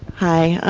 hi.